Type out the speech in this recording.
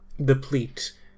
deplete